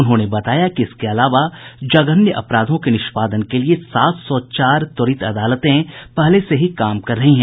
उन्होंने बताया कि इसके अलावा जघन्य अपराधों के निष्पादन के लिए सात सौ चार त्वरित अदालतें पहले से ही काम कर रही हैं